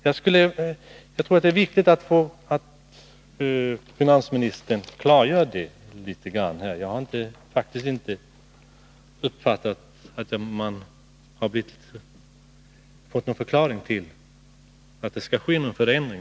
Jag tror att det är viktigt att finansministern klargör det. Jag har faktiskt inte uppfattat att vi har fått någon förklaring till att det skall ske en förändring: